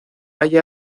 hay